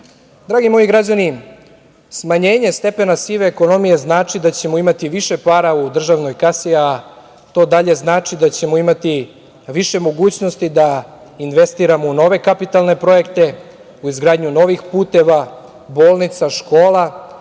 moji građani, smanjenje stepena sive ekonomije znači da ćemo imati više para u državnoj kasi a to dalje znači da ćemo imati više mogućnosti da investiramo u nove kapitalne projekte, u izgradnju novih puteva, bolnica, škola,